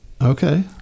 Okay